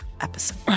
episode